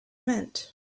meant